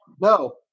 No